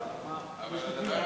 .